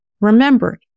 Remember